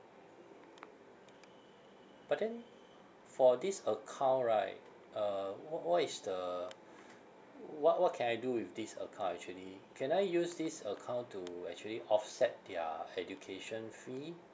but then for this account right uh what what is the wh~ what what can I do with this account actually can I use this account to actually offset their education fee